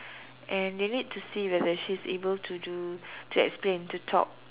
and they need to see whether she's able to do to explain to talk